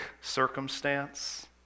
circumstance